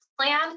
plan